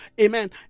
Amen